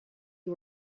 you